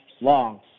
long